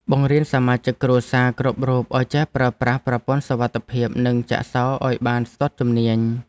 បង្រៀនសមាជិកគ្រួសារគ្រប់រូបឱ្យចេះប្រើប្រាស់ប្រព័ន្ធសុវត្ថិភាពនិងការចាក់សោរឱ្យបានស្ទាត់ជំនាញ។